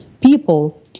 people